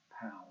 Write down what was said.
power